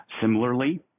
similarly